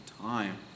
time